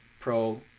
pro